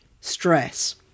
stress